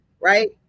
right